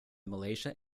malaysia